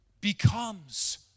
becomes